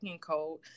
code